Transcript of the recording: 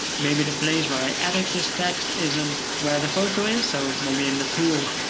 maybe the place where i edit this text isn't where the photo is. so maybe in the tool,